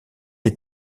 est